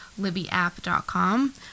libbyapp.com